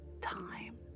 time